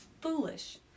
foolish